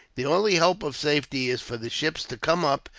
the only hope of safety is for the ships to come up,